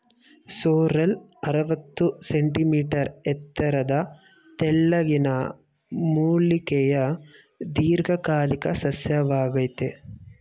sorrel ಅರವತ್ತು centimetre ಎತ್ತರದ ತೆಳ್ಳಗಿನ ಮೂಲಿಕೆಯ ದೀರ್ಘಕಾಲಿಕ ಸಸ್ಯವಾಗಯ್ತೆ